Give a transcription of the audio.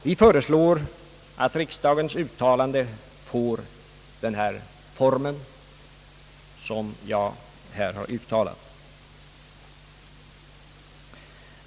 Vi föreslår att riksdagens uttalande får den form som jag här har gett uttryck för.